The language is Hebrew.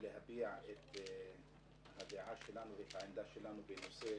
ולהביע את הדעה והעמדה שלנו בנושא